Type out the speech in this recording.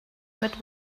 mit